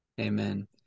Amen